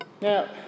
Now